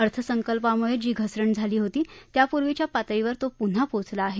अर्थसंकल्पामुळे जी घसरण झाली होती त्यापूर्वीच्या पातळीवर तो पुन्हा पोहोचला आहे